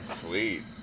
Sweet